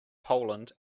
poland